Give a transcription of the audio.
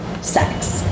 sex